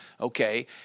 Okay